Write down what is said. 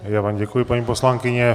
Já vám děkuji, paní poslankyně.